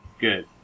Good